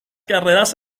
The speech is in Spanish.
carreras